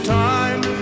time